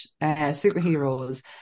superheroes